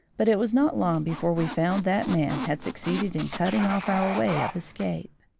but it was not long before we found that man had succeeded in cutting off our way of escape.